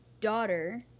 daughter